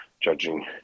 judging